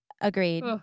Agreed